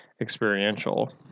experiential